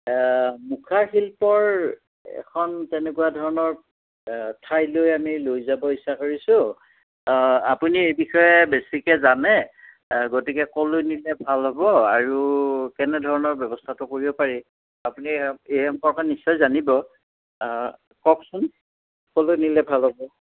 মুখা শিল্পৰ এখন তেনেকুৱা ধৰণৰ ঠাইলৈ আমি লৈ যাব ইচ্ছা কৰিছোঁ আপুনি এই বিষয়ে বেছিকৈ জানে গতিকে ক'লৈ নিলে ভাল হ'ব আৰু কেনেধৰণৰ ব্যৱস্থাটো কৰিব পাৰি আপুনি এই এই সম্পৰ্কত নিশ্চয় জানিব কওকচোন ক'লৈ নিলে ভাল হ'ব